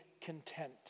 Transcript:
content